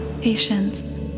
patience